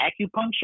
acupuncture